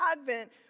Advent